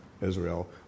Israel